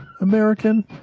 American